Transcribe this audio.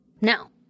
now